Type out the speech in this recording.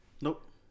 Nope